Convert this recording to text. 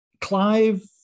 Clive